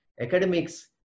academics